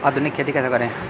आधुनिक खेती कैसे करें?